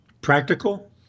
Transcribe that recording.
practical